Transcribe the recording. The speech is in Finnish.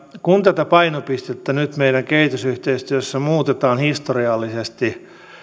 kun tätä painopistettä nyt meidän kehitysyhteistyössä muutetaan historiallisesti